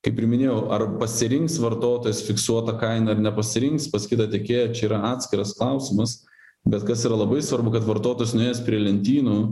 kaip ir minėjau ar pasirinks vartotojas fiksuotą kainą ar nepasirinks pas kitą tiekėją čia yra atskiras klausimas bet kas yra labai svarbu kad vartotas nuėjęs prie lentynų